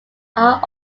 are